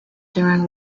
during